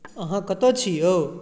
अहाँ कतऽ छी यौ